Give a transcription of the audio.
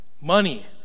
Money